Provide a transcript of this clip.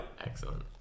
excellent